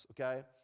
Okay